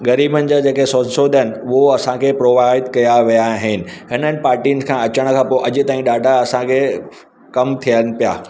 ग़रीबनि जा जेका सौ सौदा आहिनि उहो असांखे प्रभावित कया विया आहिनि हिननि पार्टीनि खां अचण खां पोइ अॼु ताईं ॾाढा असांखे कमु थियनि पिया